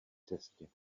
cestě